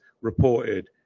reported